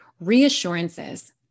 reassurances